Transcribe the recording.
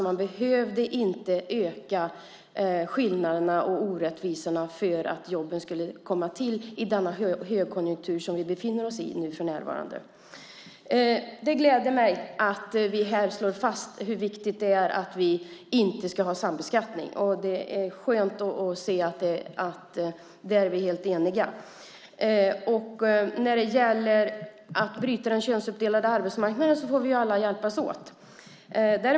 Man behövde alltså inte öka skillnaderna och orättvisorna för att jobben skulle tillkomma i den högkonjunktur som vi för närvarande befinner oss i. Det gläder mig att vi här slår fast hur viktigt det är att vi inte har sambeskattning. Det är skönt att höra att vi där är helt eniga. När det gäller att bryta den könsuppdelade arbetsmarknaden får vi alla hjälpas åt.